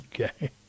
okay